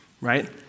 right